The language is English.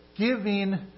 Giving